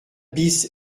bis